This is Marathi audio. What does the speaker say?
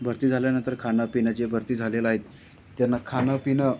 भरती झाल्यानंतर खाणं पिणं जे भरती झालेलं आहेत त्यांना खाणं पिणं